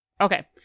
Okay